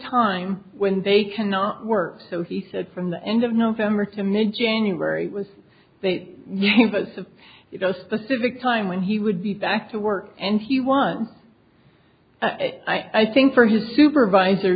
time when they cannot work so he said from the end of november to mid january was they yanked us of the specific time when he would be back to work and he was i think for his supervisor